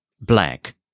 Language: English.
black